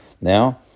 Now